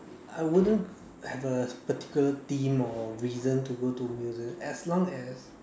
I wouldn't have a particular theme or reason to go to museums as long as